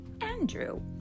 Andrew